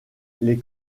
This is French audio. les